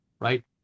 right